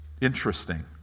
Interesting